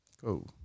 Cool